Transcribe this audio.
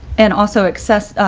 and also access,